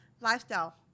Lifestyle